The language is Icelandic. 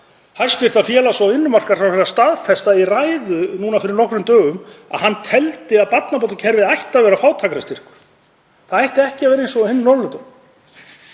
hæstv. félagsmála- og vinnumarkaðsráðherra staðfesta í ræðu núna fyrir nokkrum dögum að hann teldi að barnabótakerfið ætti að vera fátæktarstyrkur. Það ætti ekki að vera eins og á hinum Norðurlöndunum.